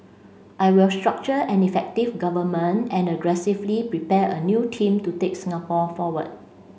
I will structure an effective Government and aggressively prepare a new team to take Singapore forward